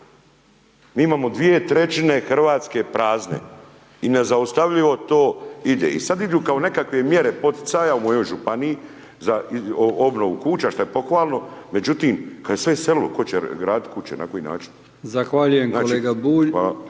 Mi imamo dvije trećine Hrvatske prazne. I nezaustavljivo to ide i sad idu kao neke mjere poticaja u mojoj županiji za obnovu kuća, što je pohvalno, međutim, kad je sve iselilo, tko će graditi kuće i na koji način? .../Upadica: Zahvaljujem kolega Bulj